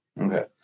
Okay